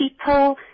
people